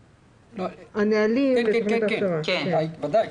כן, בוודאי.